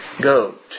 goat